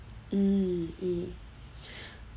mm mm